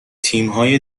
تیمهای